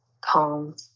Calm